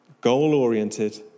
goal-oriented